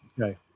Okay